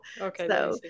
Okay